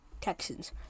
Texans